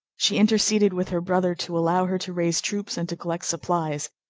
she interceded with her brother to allow her to raise troops and to collect supplies,